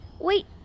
wait